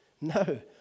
No